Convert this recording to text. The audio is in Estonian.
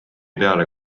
peale